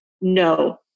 no